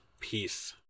Peace